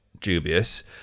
dubious